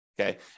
Okay